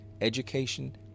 education